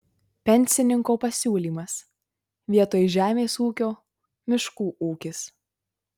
pensininko pasiūlymas vietoj žemės ūkio miškų ūkis